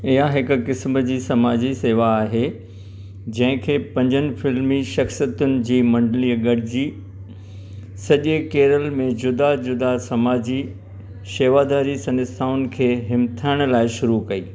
इहा हिकु क़िस्म जी समाजी सेवा आहे जंहिं खे पंजनि फ़िल्मी शख़्सियतुनि जी मंडिलीअ गॾिजी सॼे केरल में जुदा जुदा समाजी शेवाधारी संस्थाउनि खे हिमथाइण लाइ शुरू कई